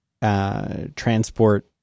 Transport